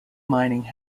mining